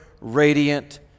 radiant